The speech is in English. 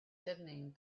deadening